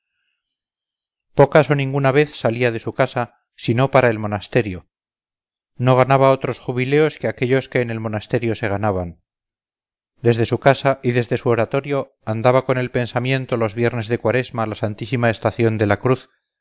pocas o ninguna vez salía de su casa si no para el monasterio no ganaba otros jubileos que aquellos que en el monasterio se ganaban desde su casa y desde su oratorio andaba con el pensamiento los viernes de cuaresma la santísima estación de la cruz